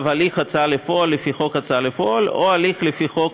הליך הוצאה לפועל לפי חוק ההוצאה לפועל או הליך לפי חוק